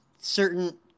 certain